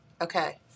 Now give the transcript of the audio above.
Okay